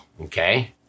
okay